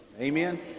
Amen